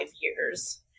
years